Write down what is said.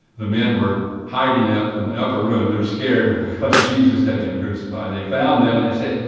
the men were hiding up in the upper room, they were scared, because jesus had been crucified. they found them and they said,